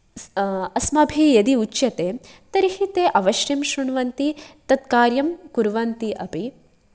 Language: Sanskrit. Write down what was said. अस्माभिः यदि उच्यते तर्हि ते अवश्यं शृण्वन्ति तत् कार्यं कुर्वन्ति अपि